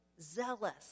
zealous